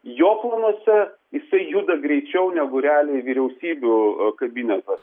jo planuose jisai juda greičiau negu realiai vyriausybių kabinetas